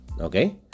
okay